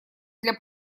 для